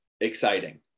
exciting